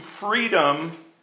freedom